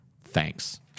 Thanks